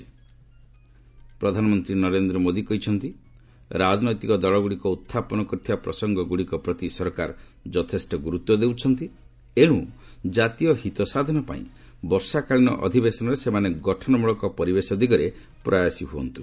ପ୍ରଧାନମନ୍ତ୍ରୀ ନରେନ୍ଦ୍ର ମୋଦି କହିଛନ୍ତି ରାଜନୈତିକ ଦଳଗୁଡ଼ିକ ଉହ୍ଚାପନ କରିଥିବା ପ୍ରସଙ୍ଗଗୁଡ଼ିକ ପ୍ରତି ସରକାର ଯଥେଷ୍ଟ ଗୁରୁତ୍ୱ ଦେଉଛନ୍ତି ଏଣୁ ଜାତୀୟ ହିତସାଧନ ପାଇଁ ବର୍ଷାକାଳୀନ ଅଧିବେଶନରେ ସେମାନେ ଗଠନମୂଳକ ପରିବେଶ ଦିଗରେ ପ୍ରୟାସୀ ହୁଅନ୍ତୁ